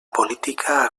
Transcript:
política